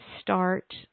start